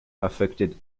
affected